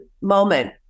moment